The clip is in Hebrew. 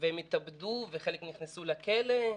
חלקם התאבדו וחלקם נכנסו לכלא,